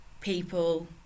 people